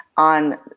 on